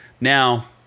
Now